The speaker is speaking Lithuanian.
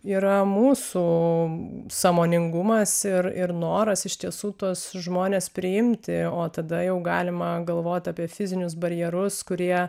yra mūsų sąmoningumas ir ir noras iš tiesų tuos žmones priimti o tada jau galima galvot apie fizinius barjerus kurie